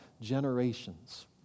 generations